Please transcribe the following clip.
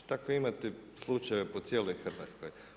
Takve imate slučajeve po cijeloj Hrvatskoj.